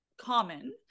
common